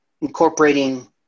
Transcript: incorporating